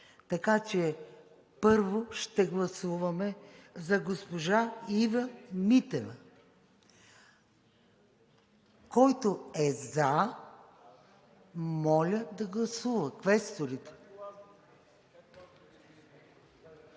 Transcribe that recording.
име. Първо, ще гласуваме за госпожа Ива Митева. Който е за, моля да гласува. Квесторите!